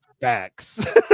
Facts